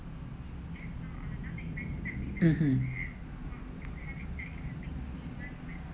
mmhmm